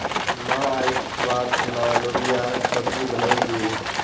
मां, आइज खबार खूना लोबियार सब्जी बनइ दे